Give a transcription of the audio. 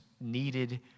needed